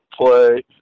play